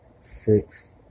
six